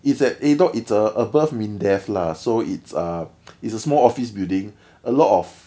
it's at A dot it's above MINDEF lah so it's uh it's a small office building a lot of